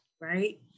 right